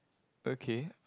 okay